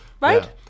right